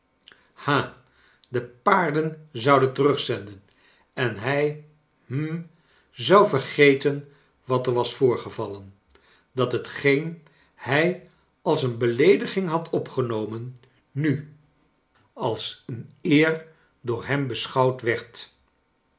de paarden zou den terugzenden en hij hm zou vergeten wat er was voorgevallen dat hetgeen hij als een beleediging had opgenomen nu als kleine dorrit een eer door hem beschouwd werd